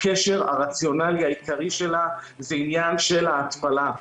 הרציונל העיקרי שלה זה עניין של ההתפלה.